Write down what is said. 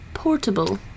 portable